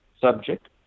subject